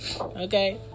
Okay